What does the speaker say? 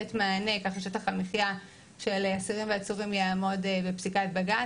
לתת מענה כך ששטח המחיה של אסירים ועצורים יעמוד בפסיקת בג"ץ.